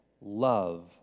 love